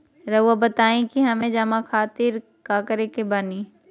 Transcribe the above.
रहुआ बताइं कि हमें जमा खातिर का करे के बानी?